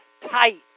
tight